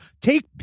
take